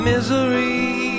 Misery